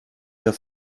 der